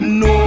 no